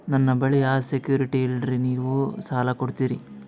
ನನ್ನ ಬಳಿ ಯಾ ಸೆಕ್ಯುರಿಟಿ ಇಲ್ರಿ ನೀವು ಸಾಲ ಕೊಡ್ತೀರಿ?